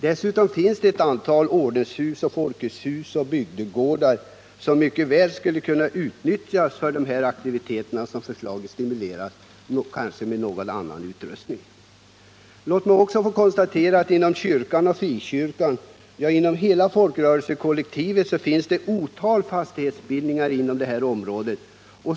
Dessutom finns det ett stort antal ordenshus, Folkets hus och bygdegårdar som med en något ändrad utrustning mycket väl skulle kunna användas för de aktiviteter som förslaget vill stimulera. Låt mig också få konstatera att det inom kyrkan och frikyrkan, ja, inom hela folkrörelsekollektivet finns ett otal fastighetsbildningar inom detta område.